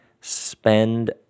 spend